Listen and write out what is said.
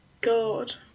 God